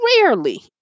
rarely